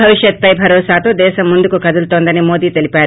భవిష్యత్పై భరోసాతో దేశం ముందుకు కదులుతోందని మోదీ తెలిపారు